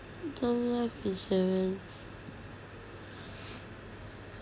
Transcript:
term life insurance